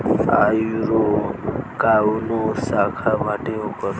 आयूरो काऊनो शाखा बाटे ओकर